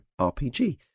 RPG